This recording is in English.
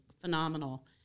phenomenal